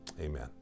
Amen